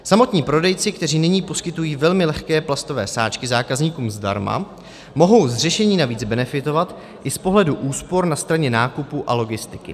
Samotní prodejci, kteří nyní poskytují velmi lehké plastové sáčky zákazníkům zdarma, mohou z řešení navíc benefitovat i z pohledu úspor na straně nákupu a logistiky.